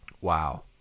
Wow